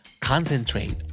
Concentrate